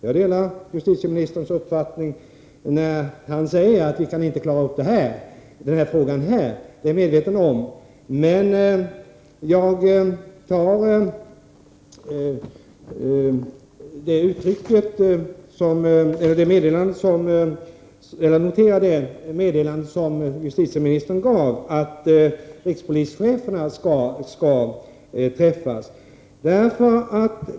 Jag delar justitieministerns uppfattning att vi inte kan klara ut alla detaljer i denna fråga här i kammaren — jag är medveten om det. Jag noterar justitieministerns meddelande att rikspolischeferna skall träffas.